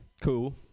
Cool